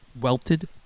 Welted